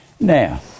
Now